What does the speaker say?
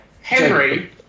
Henry